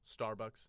Starbucks